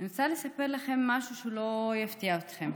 אני רוצה לספר לכם משהו שלא יפתיע אתכם: